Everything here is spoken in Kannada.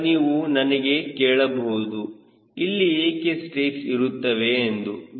ಈಗ ನೀವು ನನಗೆ ಕೇಳಬಹುದು ಇಲ್ಲಿ ಏಕೆ ಸ್ಟ್ರೇಕ್ಸ್ ಇರುತ್ತವೆ ಎಂದು